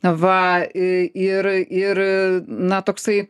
na va ir ir na toksai